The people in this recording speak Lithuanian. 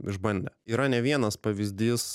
išbandę yra ne vienas pavyzdys